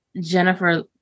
Jennifer